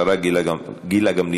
חיילים משוחררים,